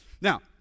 Now